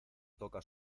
toca